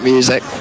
Music